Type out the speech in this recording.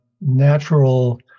natural